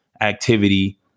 activity